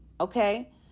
okay